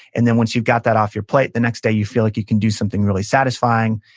and then once you've got that off your plate, the next day, you feel like you can do something really satisfying.